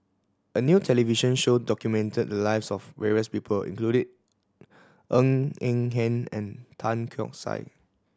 a new television show documented the lives of various people including Ng Eng Hen and Tan Keong Saik